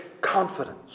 confidence